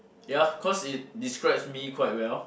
ya cause it describes me quite well